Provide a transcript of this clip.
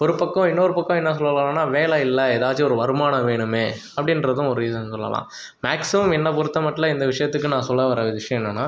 ஒரு பக்கம் இன்னொரு பக்கம் என்ன சொல்லலாம்னா வேலை இல்லை ஏதாச்சும் ஒரு வருமானம் வேணுமே அப்படின்றதும் ஒரு ரீசன் சொல்லலாம் மேக்ஸிமம் என்னை பொருத்த மட்டில இந்த விஷயத்திக்கு நான் சொல்ல வர விஷயம் என்னென்னால்